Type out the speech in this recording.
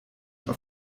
auf